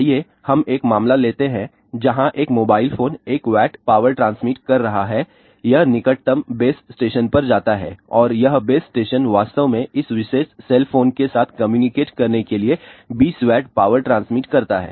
आइए हम एक मामला लेते हैं जहां एक mobile phone 1 W power transmit कर रहा है यह निकटतम बेस स्टेशन पर जाता है और यह बेस स्टेशन वास्तव में इस विशेष सेल फोन के साथ कम्युनिकेट करने के लिए 20 W पावर ट्रांसमिट करता है